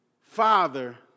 Father